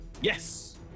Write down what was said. Yes